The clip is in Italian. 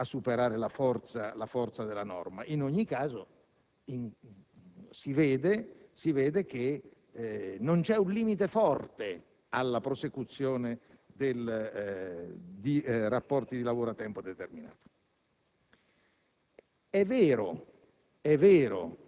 non riescono o possono non riuscire a superare la forza della norma. In ogni caso, si vede che non c'è un limite forte alla prosecuzione di rapporti di lavoro a tempo determinato.